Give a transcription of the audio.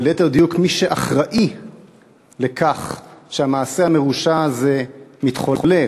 או ליתר דיוק מי שאחראי לכך שהמעשה המרושע הזה מתחולל,